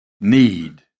need